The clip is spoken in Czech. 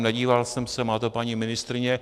Nedíval jsem se, má to paní ministryně.